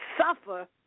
suffer